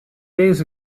days